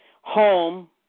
Home